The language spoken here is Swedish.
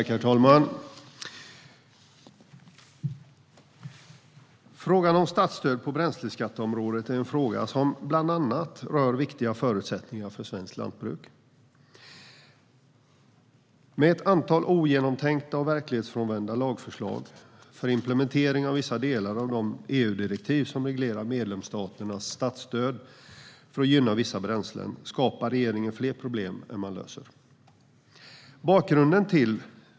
Herr talman! Frågan om statsstöd på bränsleskatteområdet är en fråga som bland annat rör viktiga förutsättningar för svenskt lantbruk. Med ett antal ogenomtänkta och verklighetsfrånvända lagförslag för implementering av vissa delar av de EU-direktiv som reglerar medlemsstaternas statsstöd för att gynna vissa bränslen skapar regeringen fler problem än man löser.